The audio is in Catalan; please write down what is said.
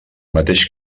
mateix